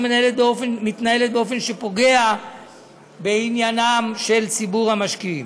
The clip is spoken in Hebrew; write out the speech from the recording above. מתנהלת באופן שפוגע בעניינו של ציבור המשקיעים.